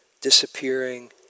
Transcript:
disappearing